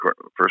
first